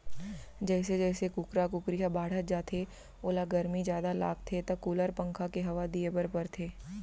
जइसे जइसे कुकरा कुकरी ह बाढ़त जाथे ओला गरमी जादा लागथे त कूलर, पंखा के हवा दिये बर परथे